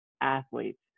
athletes